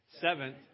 Seventh